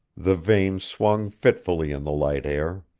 the vane swung fitfully in the light air.